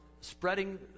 spreading